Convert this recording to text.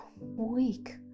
weak